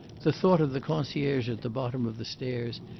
the thought of the concierge at the bottom of the stairs,